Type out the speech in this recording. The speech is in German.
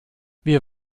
wir